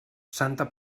santa